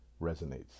resonates